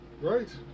right